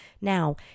Now